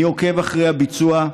אני עוקב אחרי הביצוע,